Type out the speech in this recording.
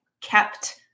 kept